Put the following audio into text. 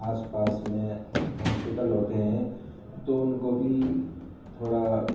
آس پاس میں ہاسپیٹل ہوتے ہیں تو ان کو بھی تھوڑا